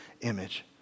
image